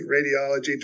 radiology